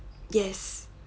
yes